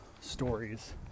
stories